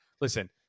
Listen